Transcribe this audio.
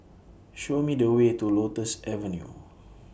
Show Me The Way to Lotus Avenue